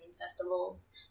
festivals